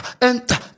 enter